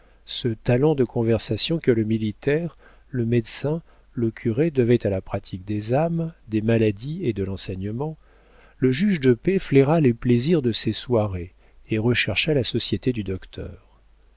ce talent de conversation que le militaire le médecin le curé devaient à la pratique des âmes des maladies et de l'enseignement le juge de paix flaira les plaisirs de ces soirées et rechercha la société du docteur